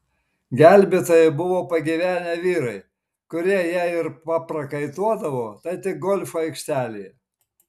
gelbėtojai buvo pagyvenę vyrai kurie jei ir paprakaituodavo tai tik golfo aikštelėje